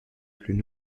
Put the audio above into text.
plus